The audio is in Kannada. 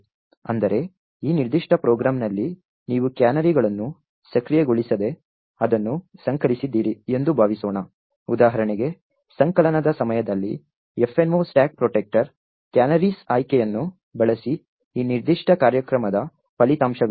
ಅಂದರೆ ಈ ನಿರ್ದಿಷ್ಟ ಪ್ರೋಗ್ರಾಂನಲ್ಲಿ ನೀವು ಕ್ಯಾನರಿಗಳನ್ನು ಸಕ್ರಿಯಗೊಳಿಸದೆ ಅದನ್ನು ಸಂಕಲಿಸಿದ್ದೀರಿ ಎಂದು ಭಾವಿಸೋಣ ಉದಾಹರಣೆಗೆ ಸಂಕಲನದ ಸಮಯದಲ್ಲಿ fno stack protector ಕ್ಯಾನರೀಸ್ ಆಯ್ಕೆಯನ್ನು ಬಳಸಿ ಈ ನಿರ್ದಿಷ್ಟ ಕಾರ್ಯಕ್ರಮದ ಫಲಿತಾಂಶವೇನು